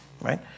Right